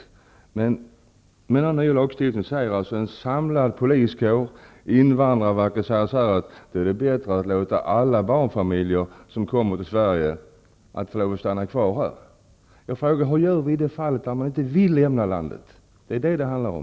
Med den nya lagstiftningen säger en samlad poliskår och invandrarverket att det är bättre att låta alla barnfamiljer som kommer till Sverige få stanna kvar här. Hur gör man om en familj inte vill lämna landet? Det är detta det handlar om.